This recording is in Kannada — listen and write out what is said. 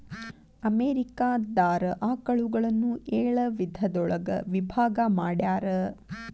ಅಮೇರಿಕಾ ದಾರ ಆಕಳುಗಳನ್ನ ಏಳ ವಿಧದೊಳಗ ವಿಭಾಗಾ ಮಾಡ್ಯಾರ